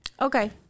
Okay